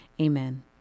Amen